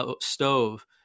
stove